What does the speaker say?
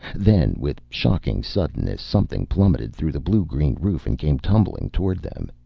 then, with shocking suddenness, something plummeted through the blue-green roof and came tumbling toward them.